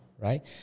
right